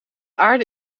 aarde